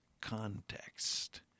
context